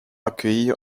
accueillir